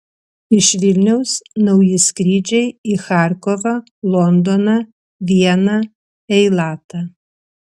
iš vilniaus nauji skrydžiai į charkovą londoną vieną eilatą